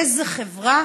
איזו חברה